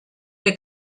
que